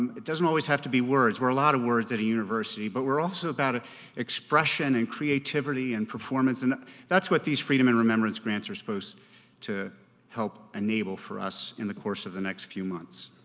it doesn't always have to be words. we're a lot of words at a university, but we're also about expression and creativity and performance and that's what these freedom and remembrance grants are supposed to help enable for us in the course of the next few months.